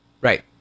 Right